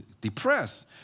depressed